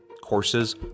Courses